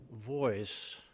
voice